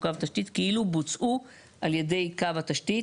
קו תשתית כאילו בוצעו על ידי קו התשתית".